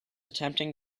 attempting